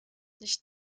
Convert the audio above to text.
nicht